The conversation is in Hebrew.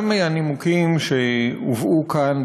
גם מהנימוקים שהובאו כאן,